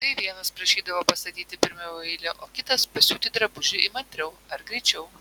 tai vienas prašydavo pastatyti pirmiau į eilę o kitas pasiūti drabužį įmantriau ar greičiau